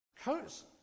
coats